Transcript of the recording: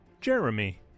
Jeremy